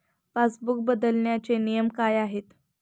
Passbook बदलण्याचे नियम काय आहेत?